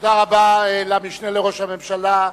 תודה רבה למשנה לראש הממשלה,